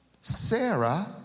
Sarah